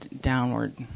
downward